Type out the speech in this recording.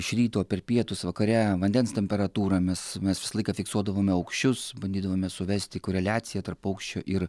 iš ryto per pietus vakare vandens temperatūrą mes mes visą laiką fiksuodavome aukščius bandydavome suvesti koreliaciją tarp aukščio ir